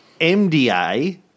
MDA